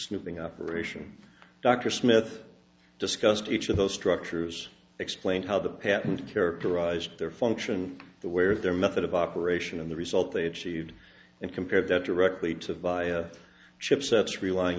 snooping operation dr smith discussed each of those structures explain how the patent characterized their function the where their method of operation and the result they achieved and compared that directly to via chipsets relying